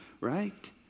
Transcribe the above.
right